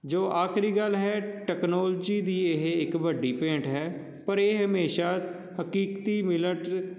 ਜੋ ਆਖਰੀ ਗੱਲ ਹੈ ਟੈਕਨੋਲਜੀ ਦੀ ਇਹ ਇੱਕ ਵੱਡੀ ਭੇਂਟ ਹੈ ਪਰ ਇਹ ਹਮੇਸ਼ਾ ਹਕੀਕਤੀ ਮਿਲਟ